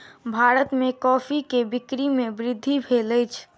भारत में कॉफ़ी के बिक्री में वृद्धि भेल अछि